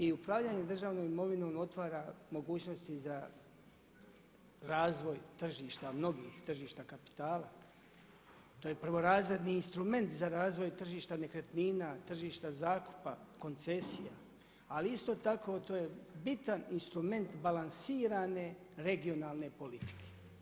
I upravljanje državnom imovinom otvara mogućnosti za razvoj tržišta, mnogih tržišta kapitala, to je prvorazredni instrument za razvoj tržišta nekretnina, tržišta zakupa, koncesija, ali isto tako to je bitan instrument balansirane regionalne politike.